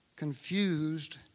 confused